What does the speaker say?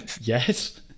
Yes